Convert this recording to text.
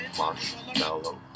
marshmallow